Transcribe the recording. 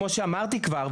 כמוש אמרתי כבר,